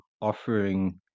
offering